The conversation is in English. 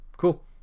Cool